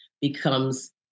becomes